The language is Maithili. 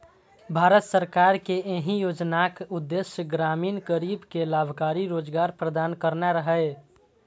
भारत सरकार के एहि योजनाक उद्देश्य ग्रामीण गरीब कें लाभकारी रोजगार प्रदान करना रहै